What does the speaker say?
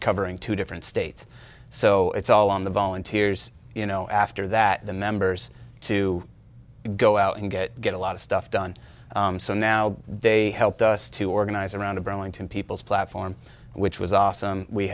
covering two different states so it's all on the volunteers you know after that the members to go out and get get a lot of stuff done so now they helped us to organize around the burlington people's platform which was awesome we